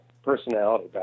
personality